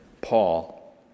Paul